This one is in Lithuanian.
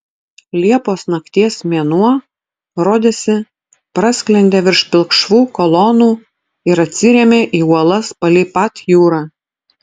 liepos nakties mėnuo rodėsi prasklendė virš pilkšvų kolonų ir atsirėmė į uolas palei pat jūrą